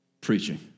preaching